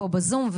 פה בזום,